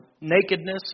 nakedness